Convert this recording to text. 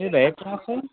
నీది ఏ కోర్సు